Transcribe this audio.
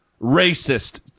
racist